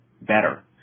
better